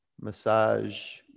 massage